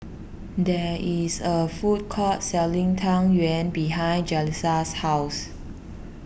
there is a food court selling Tang Yuen behind Jaleesa's house